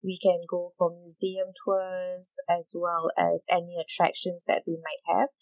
we can go for museum tours as well as any attractions that you might have